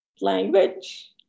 language